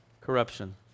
corruption